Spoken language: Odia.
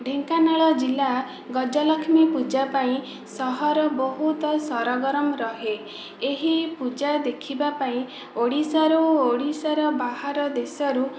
ଢେଙ୍କାନାଳ ଜିଲ୍ଲା ଗଜଲକ୍ଷ୍ମୀ ପୂଜା ପାଇଁ ସହର ବହୁତ ସରଗରମ ରହେ ଏହି ପୂଜା ଦେଖିବା ପାଇଁ ଓଡ଼ିଶାରୁ ଓଡ଼ିଶାର ବାହାର ଦେଶରୁ